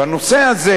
והנושא הזה,